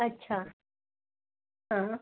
अच्छा हां